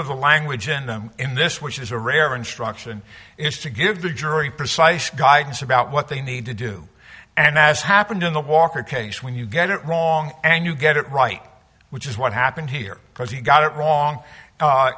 the language in them in this which is a rare instruction is to give the jury precise guidance about what they need to do and as happened in the walker case when you get it wrong and you get it right which is what happened here because he got it wrong